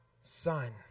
son